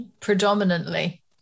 predominantly